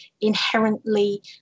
inherently